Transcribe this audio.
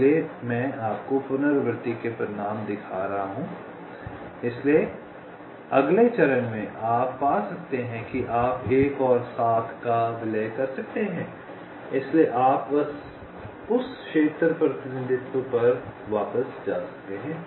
इसलिए मैं आपको पुनरावृत्ति के परिणाम दिखा रहा हूं इसलिए अगले चरण में आप पा सकते हैं कि आप 1 और 7 का विलय कर सकते हैं इसलिए आप बस उस क्षेत्र प्रतिनिधित्व पर वापस जा सकते हैं